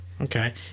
okay